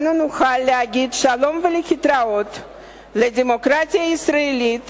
אנו נוכל להגיד שלום ולהתראות לדמוקרטיה הישראלית